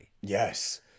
yes